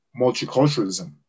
multiculturalism